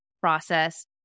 process